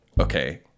okay